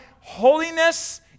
Holiness